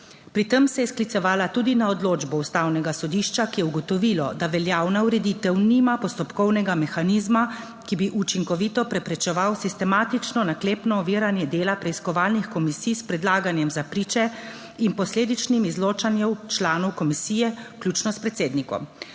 Pri tem se je sklicevala tudi na odločbo Ustavnega sodišča, ki je ugotovilo, da veljavna ureditev nima postopkovnega mehanizma, ki bi učinkovito preprečeval sistematično naklepno oviranje dela preiskovalnih komisij s predlaganjem za priče in posledičnim izločanjem članov komisije, vključno s predsednikom.